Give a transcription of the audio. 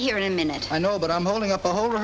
here in a minute i know that i'm holding up a whole